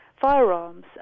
firearms